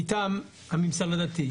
הם כתבו את הדברים האלה,